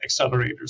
accelerators